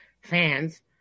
fans